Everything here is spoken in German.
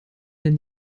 den